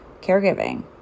caregiving